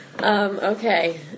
Okay